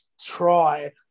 try